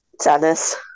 Sadness